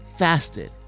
Fasted